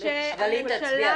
אבל היא תצביע בעד.